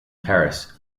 paris